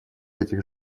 этих